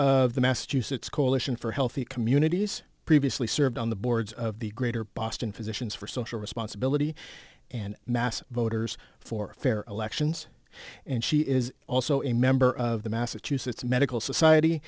of the massachusetts coalition for healthy communities previously served on the boards of the greater boston physicians for social responsibility and mass voters for fair elections and she is also a member of the massachusetts medical society